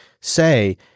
say –